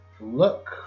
look